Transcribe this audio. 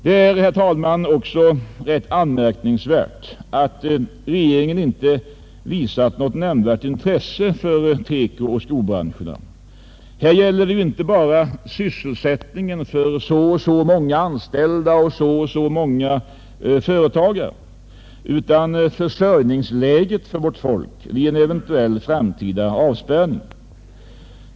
Det är för övrigt ganska anmärkningsvärt att regeringen inte har visat något nämnvärt intresse för TEKO— och skobranscherna. Här gäller det dock inte bara sysselsättningen för så och så många anställda och företagare utan också försörjningsläget för vårt land vid en eventuell framtida avspärrning.